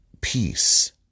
peace